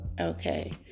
Okay